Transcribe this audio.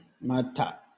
mata